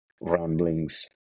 ramblings